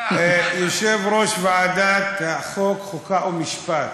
יושב-ראש ועדת החוק, חוקה ומשפט,